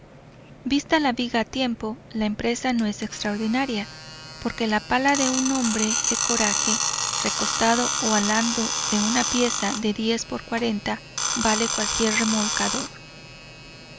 vista la viga a tiempo la empresa no es extraordinaria porque la pala de un hombre de coraje recostado o halando de un pieza de x vale cualquier remolcador